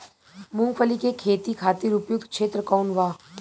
मूँगफली के खेती खातिर उपयुक्त क्षेत्र कौन वा?